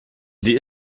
sie